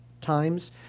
times